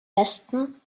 westen